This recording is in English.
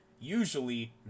Usually